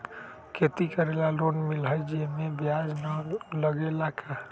खेती करे ला लोन मिलहई जे में ब्याज न लगेला का?